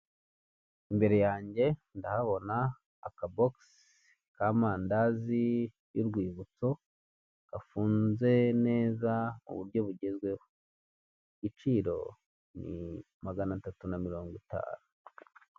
Imbere yanjye ndahabona akabogisi k'amandazi y'urwibutso gafunze neza ku buryo bugezweho, igiciro ni magana atatu na mirongo itanu.